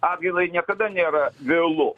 atgailai niekada nėra vėlu